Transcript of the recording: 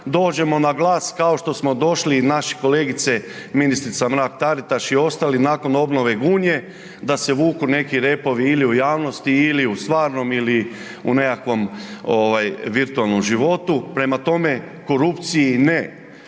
dođemo na glas kao što smo došli i naše kolegice i ministrica Mrak Taritaš i ostali nakon obnove Gunje da se vuku neki repovi ili u javnosti ili u stvarnom ili u nekakvom virtualnom životu. Prema tome, korupciji ne,